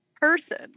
person